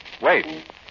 Wait